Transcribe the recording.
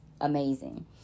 amazing